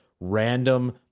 random